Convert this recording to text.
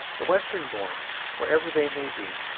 the western-born, wherever they may be,